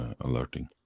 alerting